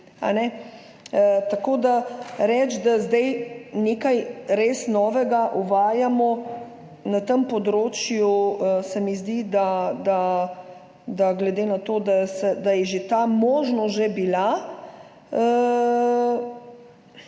Tako da reči, da zdaj nekaj res novega uvajamo na tem področju, se mi zdi, glede na to, da je ta možnost že bila